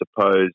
suppose